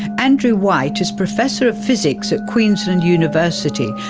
andrew white is professor of physics at queensland university,